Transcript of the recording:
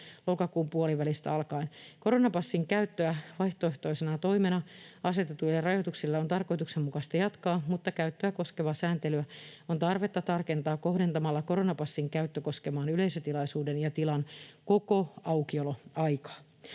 lokakuun puolivälistä alkaen. Koronapassin käyttöä vaihtoehtoisena toimena asetetuille rajoituksille on tarkoituksenmukaista jatkaa, mutta käyttöä koskevaa sääntelyä on tarvetta tarkentaa kohdentamalla koronapassin käyttö koskemaan yleisötilaisuuden ja tilan koko aukioloaikaa.